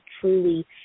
truly